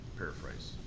paraphrase